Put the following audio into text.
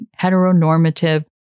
heteronormative